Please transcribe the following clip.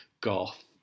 goth